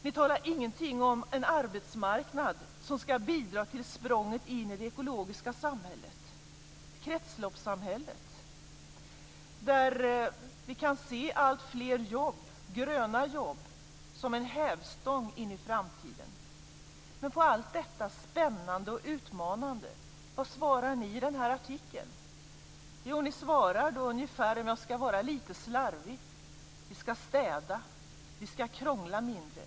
Ni talar inte om den arbetsmarknad som skall bidra till språnget in i det ekologiska samhället, kretsloppssamhället, där vi kan se alltfler gröna jobb som en hävstång in i framtiden. Vad svarar ni då i er artikel på allt detta spännande och utmanande? Jo, ni svarar ungefär så här - litet slarvigt uttryckt: Vi skall städa. Vi skall krångla mindre.